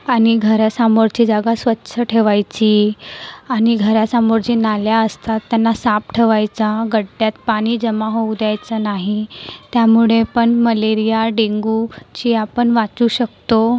आणि घरासमोरची जागा स्वच्छ ठेवायची आणि घरासमोर जे नाल्या असतात त्यांना साफ ठेवायचा खड्ड्यात पाणी जमा होऊ द्यायचा नाही त्यामुळे पण मलेरिया डेंगू ची आपण वाचू शकतो